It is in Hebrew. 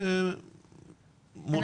בשם